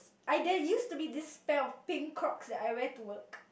either used to be this pair of pink Crocs that I wear to work